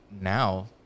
Now